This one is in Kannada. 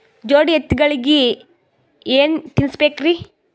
ಜೋಡಿ ಎತ್ತಗಳಿಗಿ ಏನ ತಿನಸಬೇಕ್ರಿ?